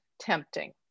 tempting